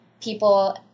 people